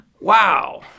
wow